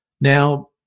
Now